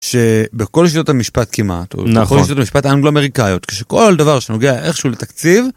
שבכל שיטות המשפט כמעט נכון משפט אנגלו אמריקאיות כשכל דבר שנוגע איכשהו לתקציב.